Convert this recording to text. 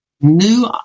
new